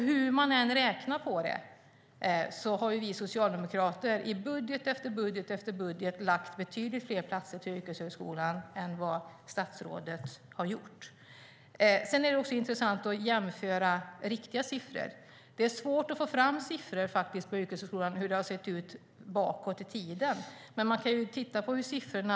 Hur man än räknar på det har vi socialdemokrater i budget efter budget lagt betydligt fler platser till yrkeshögskolan än vad statsrådet har gjort. Det är också intressant att jämföra riktiga siffror, men det är svårt att få fram siffror på hur det har sett ut bakåt i tiden för yrkeshögskolan.